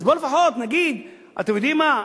אז בואו לפחות נגיד, אתם יודעים מה?